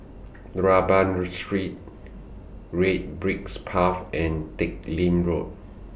Rambau Street Red Bricks Path and Teck Lim Road